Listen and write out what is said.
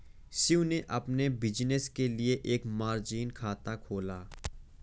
शिव ने अपने बिज़नेस के लिए एक मार्जिन खाता खोला